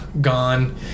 gone